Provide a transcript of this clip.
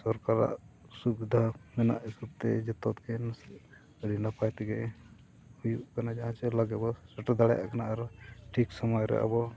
ᱥᱚᱨᱠᱟᱨᱟᱜ ᱥᱩᱵᱤᱫᱷᱟ ᱢᱮᱱᱟᱜ ᱦᱤᱥᱟᱹᱵᱽ ᱛᱮ ᱡᱷᱚᱛᱚ ᱜᱮ ᱟᱹᱰᱤ ᱱᱟᱯᱟᱭ ᱛᱮᱜᱮ ᱦᱩᱭᱩᱜ ᱠᱟᱱᱟ ᱡᱟᱦᱟᱸ ᱥᱮ ᱞᱚᱜᱚᱱ ᱵᱚᱱ ᱥᱮᱴᱮᱨ ᱫᱟᱲᱮᱭᱟᱜ ᱠᱟᱱᱟ ᱟᱨᱚ ᱴᱷᱤᱠ ᱥᱚᱢᱚᱭᱨᱮ ᱟᱵᱚ